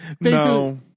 No